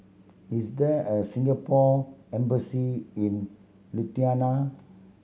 is there a Singapore Embassy in Lithuania